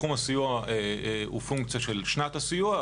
סכום הסיוע הוא פונקציה של שנת הסיוע,